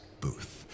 booth